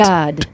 God